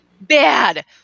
Bad